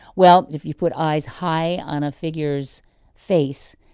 well, if you put eyes high on a figure's face,